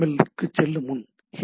L க்கு செல்லும் முன் ஹெச்